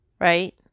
right